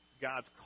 God's